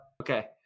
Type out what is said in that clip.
Okay